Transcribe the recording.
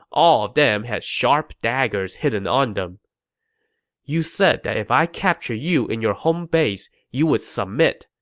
all of them had sharp daggers hidden on them you said that if i capture you in your home base, you would submit,